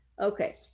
Okay